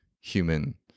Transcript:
human